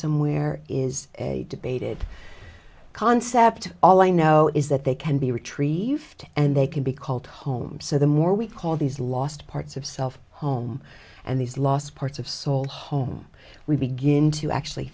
somewhere is a debated concept all i know is that they can be retrieved and they can be called home so the more we call these last parts of self home and these last parts of soul home we begin to actually